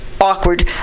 awkward